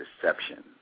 deception